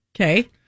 Okay